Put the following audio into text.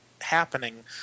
happening